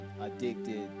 addicted